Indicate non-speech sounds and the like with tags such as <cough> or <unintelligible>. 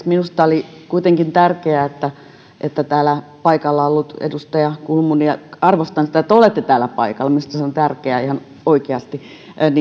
<unintelligible> minusta oli kuitenkin tärkeää että että täällä paikalla ollut edustaja kulmuni ja arvostan sitä että te olette täällä paikalla minusta se on tärkeää ihan oikeasti